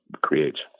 creates